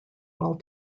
all